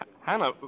Hannah